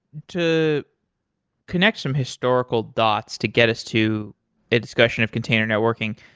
to connect some historical dots, to get us to a discussion of container networking,